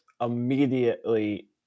immediately